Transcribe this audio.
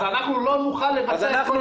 אז אנחנו לא נוכל לבצע --- אז אנחנו